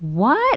what